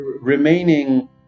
remaining